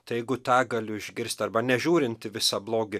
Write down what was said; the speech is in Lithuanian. tai jeigu tą galiu išgirst arba nežiūrint į visą blogį